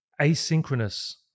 asynchronous